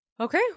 Okay